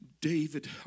David